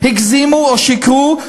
הגזימו או שיקרו.